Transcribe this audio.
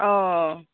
অঁ